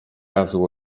razu